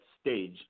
stage